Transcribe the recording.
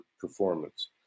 performance